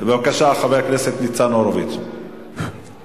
חבר הכנסת הורוביץ, יש לך דקה.